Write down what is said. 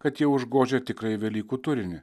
kad jie užgožia tikrąjį velykų turinį